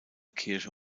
kirche